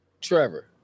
Trevor